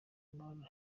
amahoro